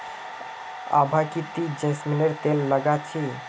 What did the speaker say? आभा की ती जैस्मिनेर तेल लगा छि